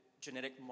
genetic